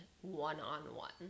one-on-one